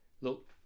look